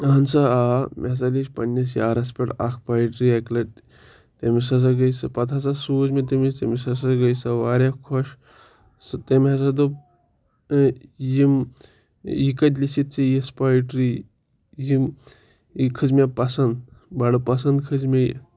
اہن سا آ مےٚ ہَسا لیٚچھ پنٛنِس یارَس پٮ۪ٹھ اَکھ پایٹِرٛی اَکہِ لَٹہِ تٔمِس ہَسا گٔے سُہ پَتہٕ ہَسا سوٗز مےٚ تٔمِس تٔمِس ہَسا گٔے سۄ واریاہ خۄش سُہ تٔمۍ ہَسا دوٚپ أ یِم یہِ کَتہِ لیچھِتھ ژےٚ یِژھ پایٹِرٛی یِم یہِ کھٔژ مےٚ پَسنٛد بَڑٕ پَسنٛد کھٔژ مےٚ یہِ